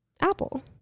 Apple